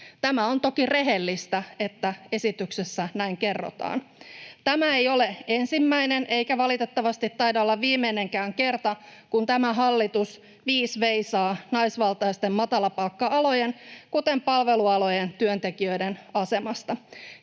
Tämä on toki rehellistä, että esityksessä näin kerrotaan. Tämä ei ole ensimmäinen eikä valitettavasti taida olla viimeinenkään kerta, kun tämä hallitus viis veisaa naisvaltaisten matalapalkka-alojen, kuten palvelualojen, työntekijöiden asemasta.